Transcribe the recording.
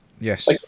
Yes